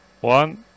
One